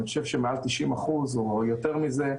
אני חושב שמעל 90% או יותר מזה,